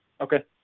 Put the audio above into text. Okay